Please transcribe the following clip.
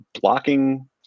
blocking